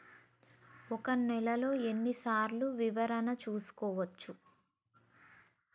ఒక నెలలో ఎన్ని సార్లు వివరణ చూసుకోవచ్చు?